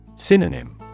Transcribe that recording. Synonym